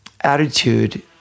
attitude